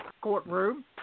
courtroom